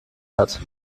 hat